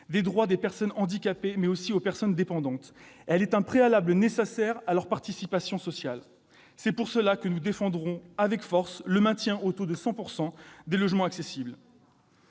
des droits des personnes handicapées, mais aussi dépendantes ; elle est un préalable nécessaire à leur participation sociale. C'est pourquoi nous défendrons avec force le maintien de l'obligation de 100 % de logements accessibles.